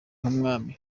nk’umwami